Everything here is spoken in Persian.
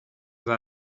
زده